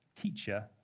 Teacher